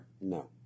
No